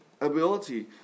ability